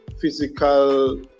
physical